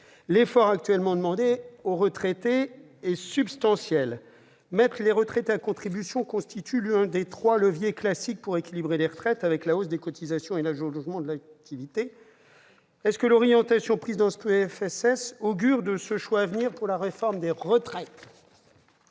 l'effort actuellement demandé aux retraités est substantiel. Mettre les retraités à contribution constitue l'un des trois leviers classiques pour équilibrer les retraites, avec la hausse des cotisations et l'allongement de l'activité. L'orientation prise dans ce PLFSS augure-t-elle des choix à venir au titre de la réforme des retraites ?